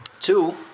Two